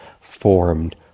formed